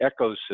ecosystem